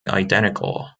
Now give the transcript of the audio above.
identical